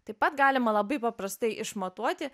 taip pat galima labai paprastai išmatuoti